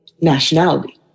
nationality